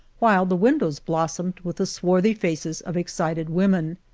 while the windows blossomed with the swarthy faces of excited women.